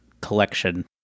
collection